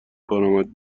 کارآمد